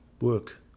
work